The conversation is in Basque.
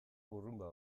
burrunba